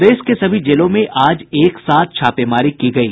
प्रदेश के सभी जेलों में आज एक साथ छापेमारी की गयी